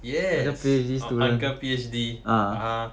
yes Python P_H_D ah